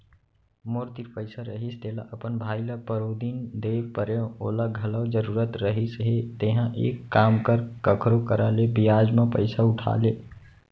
मोर तीर पइसा रहिस तेला अपन भाई ल परोदिन दे परेव ओला घलौ जरूरत रहिस हे तेंहा एक काम कर कखरो करा ले बियाज म पइसा उठा ले